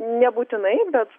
nebūtinai bet